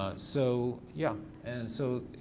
ah so, yeah. and so,